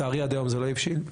מתי זה התחיל?